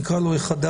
נקרא לו "החדש",